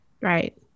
Right